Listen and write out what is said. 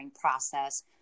process